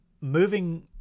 Moving